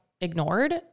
ignored